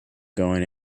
going